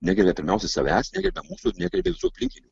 negerbia pirmiausia savęs negerbia mūsų ir negerbia visų aplinkinių